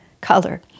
color